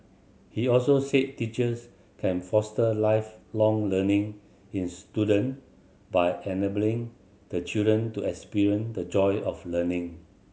he also said teachers can foster Lifelong Learning in student by enabling the children to experience the joy of learning